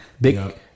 Big